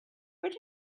where